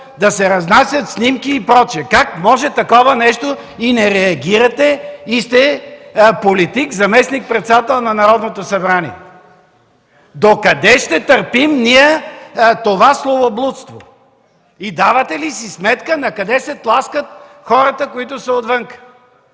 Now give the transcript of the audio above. да се разнасят снимки и прочие? Как може такова нещо?! И не реагирате! И сте политик – заместник-председател на Народното събрание! Докъде ще търпим ние това словоблудство? И давате ли си сметка накъде се тласкат хората, които са отвън?